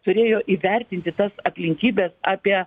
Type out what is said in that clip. turėjo įvertinti tas aplinkybes apie